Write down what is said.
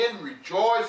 rejoice